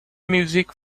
music